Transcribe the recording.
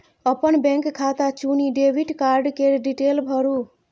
अपन बैंक खाता चुनि डेबिट कार्ड केर डिटेल भरु